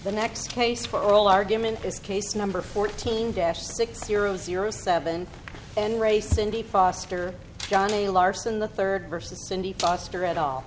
the next case for all argument is case number fourteen dash six zero zero seven and race cindy foster johnny larson the third versus cindy foster and all